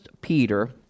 Peter